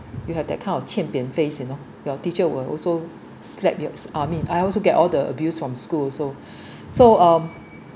you have that kind of 欠扁 face you know your teacher will also slap yo~ uh I mean I also get all the abuse from school also so um